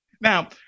Now